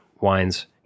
wines